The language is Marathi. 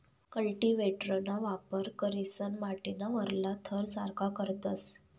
कल्टीव्हेटरना वापर करीसन माटीना वरला थर सारखा करतस